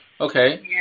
okay